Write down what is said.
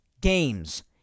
games